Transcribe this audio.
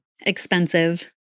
expensive